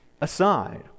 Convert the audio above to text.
aside